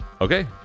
Okay